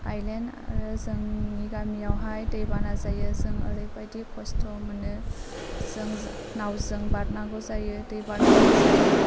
island जोंनि गामियावहाय दै बाना जायो जों ओरैबायदि खस्त' मोनो जों नावजों बारनांगौ जायो दैबाना जायोब्ला